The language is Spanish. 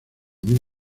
muy